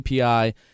API